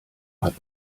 hat